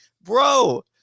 bro